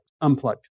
unplugged